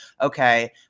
okay